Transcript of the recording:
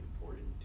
important